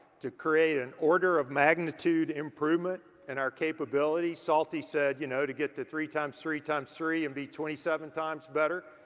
to create an order of magnitude improvement in our capabilities, salty said, you know to get the three times three times three and be twenty seven times better,